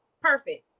perfect